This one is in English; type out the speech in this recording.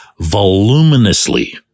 voluminously